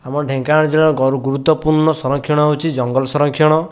ଆମ ଢେଙ୍କାନାଳ ଜିଲ୍ଲାର ଗରୁ ଗୁରୁତ୍ୱପୂର୍ଣ୍ଣ ସଂରକ୍ଷଣ ହେଉଛି ଜଙ୍ଗଲ ସଂରକ୍ଷଣ